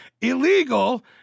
illegal